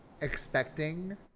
expecting